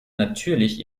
natürlich